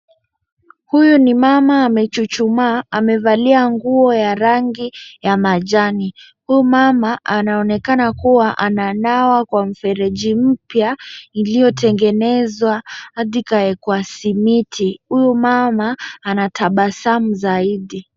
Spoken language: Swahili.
Huyu ni mama amechuchumaa, amevalia nguo ya rangi ya majani, huyu mama anaonekana kuwa ananawa kwa mfereji mpya iliyotengenezwa hadi ikaekwa simiti, huyu mama anatabasamu zaidi.